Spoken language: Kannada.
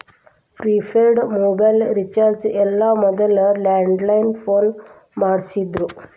ಪ್ರಿಪೇಯ್ಡ್ ಮೊಬೈಲ್ ರಿಚಾರ್ಜ್ ಎಲ್ಲ ಮೊದ್ಲ ಲ್ಯಾಂಡ್ಲೈನ್ ಫೋನ್ ಮಾಡಸ್ತಿದ್ರು